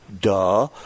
Duh